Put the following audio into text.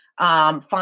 find